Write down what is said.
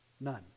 None